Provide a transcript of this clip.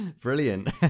Brilliant